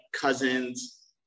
cousins